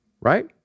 right